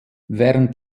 während